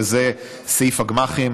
וזה סעיף הגמ"חים,